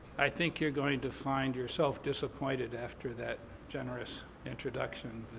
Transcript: i think you're going to find yourself disappointed after that generous introduction.